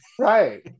Right